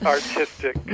Artistic